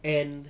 and